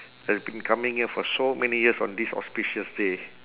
has been coming here for so many years on this auspicious day